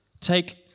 Take